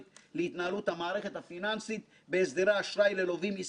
יציאתנו לדרך לוותה בספקות גדולים,